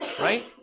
right